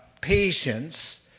patience